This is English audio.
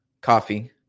coffee